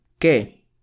¿Qué